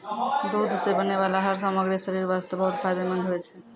दूध सॅ बनै वाला हर सामग्री शरीर वास्तॅ बहुत फायदेमंंद होय छै